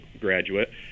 graduate